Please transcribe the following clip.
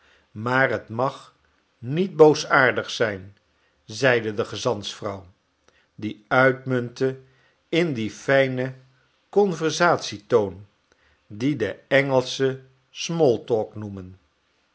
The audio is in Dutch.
maar t mag niet boosaardig zijn zeide de gezantsvrouw die uitmuntte in dien fijnen conversatietoon dien de engelschen small talk noemen